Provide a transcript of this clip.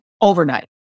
overnight